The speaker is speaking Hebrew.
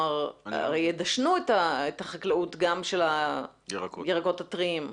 הרי ידשנו את החקלאות גם של הירקות הטריים.